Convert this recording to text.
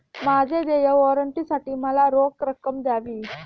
माझ्या देय वॉरंटसाठी मला रोख रक्कम द्यावी